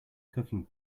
cooking